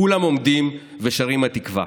כולם עומדים ושרים התקווה.